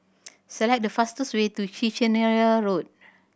select the fastest way to Kiichener Link